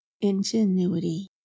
ingenuity